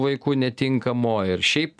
vaikų netinkamo ir šiaip